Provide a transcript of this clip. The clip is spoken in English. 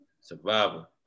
Survival